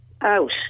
out